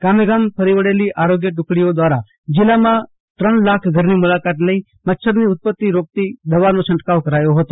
ગામેગામ ફરી વળેલી આરોગ્ય ટુકડીઓ દ્વારા જિલ્લામાં સાડા ત્રણ લાખ ઘરની મુલાકાત લઈ મચ્છરની ઉત્પતિ રોકતી દવાનો છંટકાવ કરાયો હતો